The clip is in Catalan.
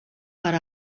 per